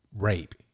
rape